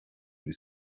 روی